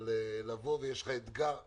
אבל יש לך אתגר עצום,